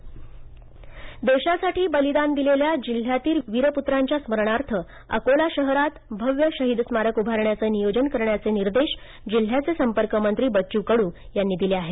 शहीद स्मारक देशासाठी बलीदान दिलेल्या जिल्ह्यातील विरपुत्रांच्या स्मरणार्थ अकोला शहरात भव्य शहीद स्मारक उभारण्याचं नियोजन करण्याचे निर्देश जिल्ह्याचे संपर्कमंत्री बच्चू कडू यांनी दिले आहेत